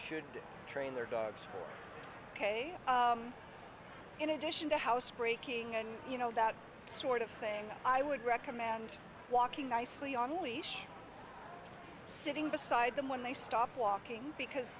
should train their dogs ok in addition to housebreaking and you know that sort of thing i would recommend walking nicely on a leash sitting beside them when they stop walking because